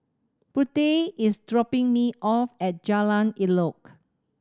Prudie is dropping me off at Jalan Elok